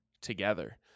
together